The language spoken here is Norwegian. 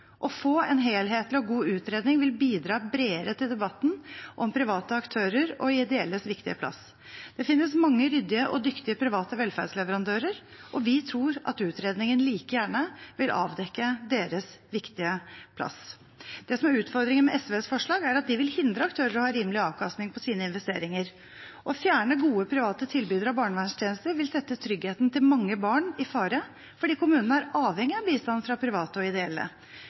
Å få en helhetlig og god utredning vil bidra bredere til debatten om private og ideelle aktørers viktige plass. Det finnes mange ryddige og dyktige private velferdsleverandører, og vi tror at utredningen like gjerne vil avdekke deres viktige plass. Det som er utfordringen med SVs forslag, er at de vil hindre aktører å ha rimelig avkastning på sine investeringer. Å fjerne gode private tilbydere av barnevernstjenester vil sette tryggheten til mange barn i fare fordi kommunene er avhengig av bistand fra private og ideelle.